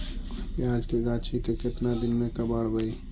प्याज के गाछि के केतना दिन में कबाड़बै?